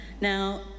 Now